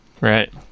Right